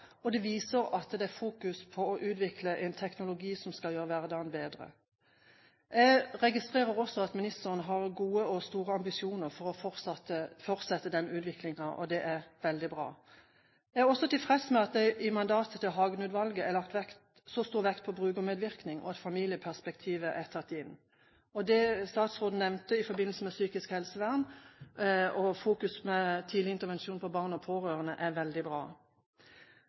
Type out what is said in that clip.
og det viser at det er fokus på å utvikle en teknologi som skal gjøre hverdagen bedre. Jeg registrerer også at ministeren har gode og store ambisjoner for å fortsette denne utviklingen. Det er veldig bra. Jeg er også tilfreds med at det i mandatet til Hagen-utvalget er lagt så stor vekt på brukermedvirkning, og at familieperspektivet er tatt inn. Det statsråden nevnte i forbindelse med psykisk helsevern, og fokus på tidlig intervensjon for barn og pårørende, er veldig bra.